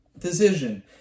Decision